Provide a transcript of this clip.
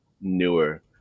newer